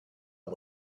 and